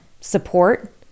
support